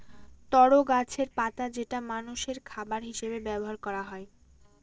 তরো গাছের পাতা যেটা মানষের খাবার হিসেবে ব্যবহার করা হয়